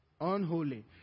Unholy